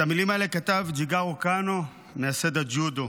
את המילים האלה כתב ג'יגורו קאנו, מייסד הג'ודו.